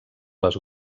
les